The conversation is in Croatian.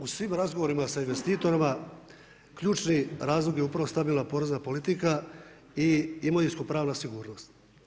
U svim razgovorima sa investitorima ključni razlog je upravo stabilna porezna politika i imovinsko-pravna sigurnost.